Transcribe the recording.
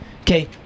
okay